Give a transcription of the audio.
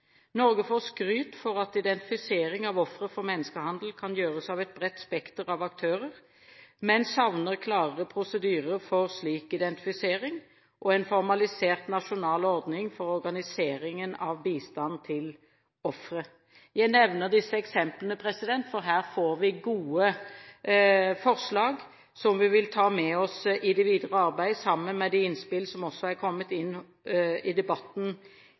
Norge får skryt for at identifisering av ofre for menneskehandel kan gjøres av et bredt spekter av aktører, men man savner klarere prosedyrer for slik identifisering og en formalisert nasjonal ordning for organiseringen av bistand til ofre. Jeg nevner disse eksemplene, for her får vi gode forslag som vi vil ta med oss i det videre arbeid, sammen med de innspill som er kommet i debatten